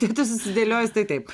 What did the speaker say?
tai tu susidėliojus tai taip